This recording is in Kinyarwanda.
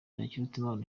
ntakirutimana